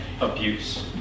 abuse